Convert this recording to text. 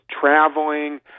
traveling